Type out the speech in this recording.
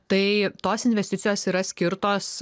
tai tos investicijos yra skirtos